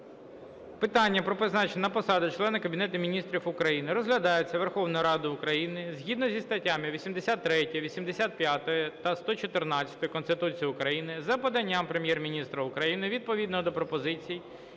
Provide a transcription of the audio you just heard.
Питання про призначення на посаду члена Кабінету Міністрів України розглядається Верховною Радою України згідно зі статтями 83, 85 та 114 Конституції України за поданням Прем'єр-міністра України відповідно до пропозицій,